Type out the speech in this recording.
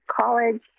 college